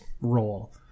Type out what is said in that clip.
role